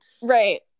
Right